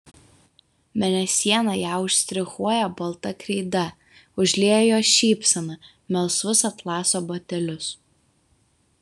mėnesiena ją užštrichuoja balta kreida užlieja jos šypseną melsvus atlaso batelius